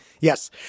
Yes